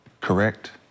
correct